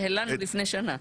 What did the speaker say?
על זה הלנו לפני שנה.